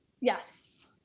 Yes